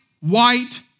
white